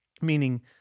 meaning